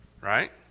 Right